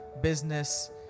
business